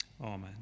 Amen